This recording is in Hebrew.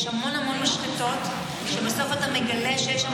יש המון המון משחטות שבסוף אתה מגלה שיש שם